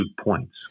points